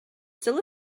still